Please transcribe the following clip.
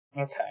Okay